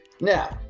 Now